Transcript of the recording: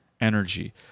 energy